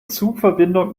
zugverbindungen